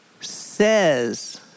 says